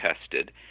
tested